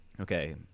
okay